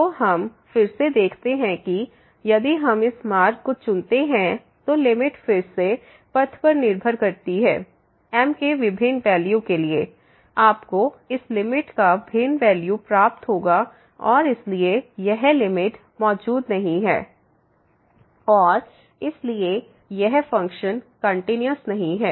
तो हम फिर से देखते हैं कि यदि हम इस मार्ग को चुनते हैं तो लिमिट फिर से पथ पर निर्भर करती है m के विभिन्न वैल्यू के लिए आपको इस लिमिट का भिन्न वैल्यू प्राप्त होगा और इसलिए यह लिमिट मौजूद नहीं है और इसलिए यह फ़ंक्शन कंटिन्यूस नहीं है